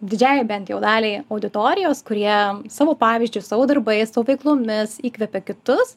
didžiąjai bent jau daliai auditorijos kurie savo pavyzdžiu savo darbais savo veiklomis įkvepia kitus